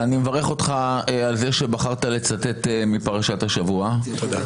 מנסה לקדם כבר שנים רבות בלי שום קשר לאף אחד באופן פרסונלי.